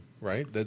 Right